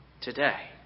today